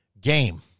game